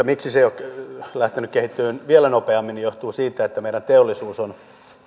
miksi se ei ole lähtenyt kehittymään vielä nopeammin pitkälti johtuu siitä että meidän teollisuus on